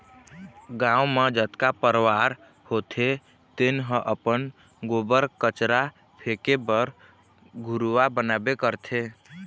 गाँव म जतका परवार होथे तेन ह अपन गोबर, कचरा फेके बर घुरूवा बनाबे करथे